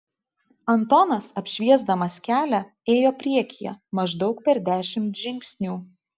antonas apšviesdamas kelią ėjo priekyje maždaug per dešimt žingsnių